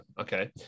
Okay